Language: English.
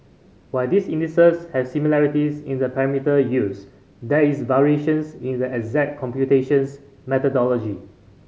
while these indexes has similarities in the parameter used there is variations in the exact computations methodology